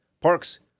Parks